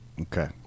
Okay